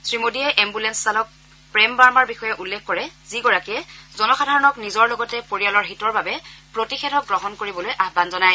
শ্ৰীমোদীয়ে এস্থুলেন্স চালক প্ৰেম বাৰ্মাৰ বিষয়ে উল্লেখ কৰে যিগৰাকীয়ে জনসাধাৰণক নিজৰ লগতে পৰিয়ালৰ হিতৰ বাবে প্ৰতিষেধক গ্ৰহণ কৰিবলৈ আহান জনায়